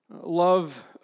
Love